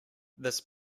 this